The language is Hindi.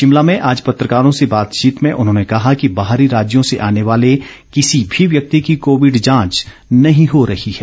शिमला में आज पत्रकारों से बातचीत में उन्होंने कहा कि बाहरी राज्यों से आने वाले किसी भी व्यक्ति की कोविड जांच नहीं हो रही है